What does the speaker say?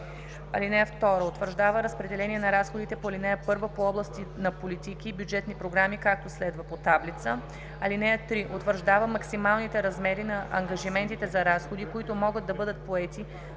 (2) Утвърждава разпределение на разходите по ал. 1 по области на политики и бюджетни програми, както следва: (По таблица.) (3) Утвърждава максималните размери на ангажиментите за разходи, които могат да бъдат поети